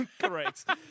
Correct